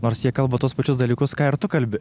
nors jie kalba tuos pačius dalykus ką ir tu kalbi